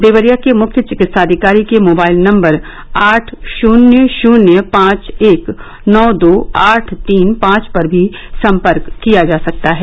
देवरिया के मुख्य चिकित्साधिकारी के मोबाइल नम्बर आठ शुन्य शुन्य पांच एक नौ दो आठ तीन पांच पर भी संपर्क किया जा सकता है